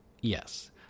Yes